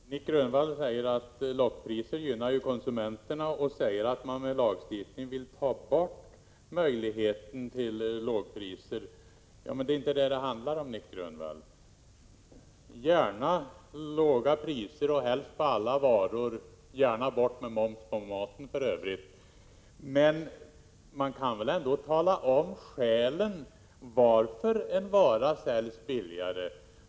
Herr talman! Nic Grönvall säger att lockpriser gynnar konsumenterna och — 13 maj 1987 att man nu med lagstiftning vill ta bort möjligheten till lågpriser. Det är inte det det handlar om, Nic Grönvall. Gärna låga priser, helst på alla varor! Gärna bort med moms på maten för övrigt! Men man kan väl ändå tala om skälen till att en vara säljs billigare.